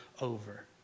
over